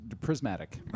prismatic